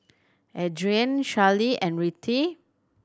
Adrianne Charley and Rettie